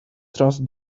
trust